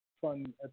fun